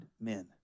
men